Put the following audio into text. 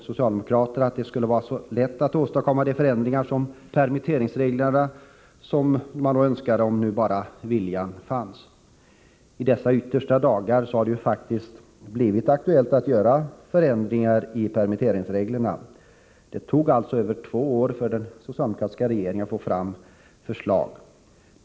Socialdemokraterna sade att det skulle vara lätt att åstadkomma de förändringar i permitteringsreglerna som önskades, om bara viljan fanns. I dessa yttersta dagar är det faktiskt aktuellt att göra förändringar i permitteringsreglerna. Det tog alltså över två år för den socialdemokratiska regeringen att få fram förslag.